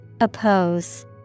Oppose